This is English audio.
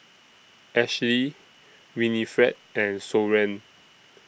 Ashlie Winnifred and Soren